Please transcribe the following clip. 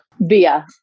Via